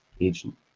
agent